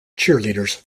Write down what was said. cheerleaders